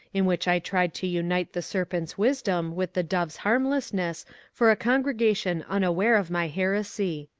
in which i tried to unite the serpent's wisdom with the dove's harmless ness for a congregation unaware of my heresy.